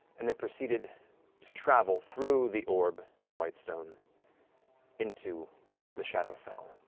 and then proceeded to travel through the orb in whitestone into the shadowfell,